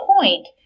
point